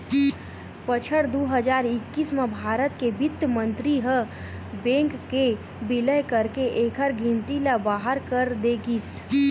बछर दू हजार एक्कीस म भारत के बित्त मंतरी ह बेंक के बिलय करके एखर गिनती ल बारह कर दे गिस